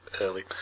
early